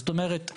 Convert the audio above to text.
זאת אומרת,